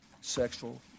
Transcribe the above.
sexual